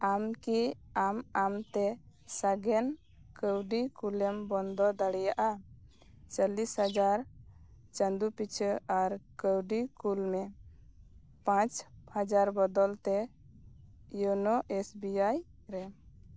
ᱟᱢᱠᱤ ᱟᱢ ᱟᱢ ᱛᱮ ᱥᱟᱜᱮᱱ ᱠᱟ ᱣᱰᱤ ᱠᱩᱞᱮᱢ ᱵᱚᱱᱫᱚ ᱫᱟᱲᱮᱭᱟᱜ ᱟ ᱪᱟ ᱞᱤᱥ ᱦᱟᱡᱟᱨ ᱪᱟᱸᱫᱳ ᱯᱤᱪᱷᱟ ᱟᱨ ᱠᱟ ᱣᱰᱤ ᱠᱩᱞ ᱢᱮ ᱯᱟᱸᱪ ᱦᱟᱡᱟᱨ ᱵᱚᱫᱚᱞ ᱛᱮ ᱤᱭᱩᱱᱳ ᱮᱥ ᱵᱤ ᱟᱭ ᱨᱮ